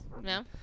no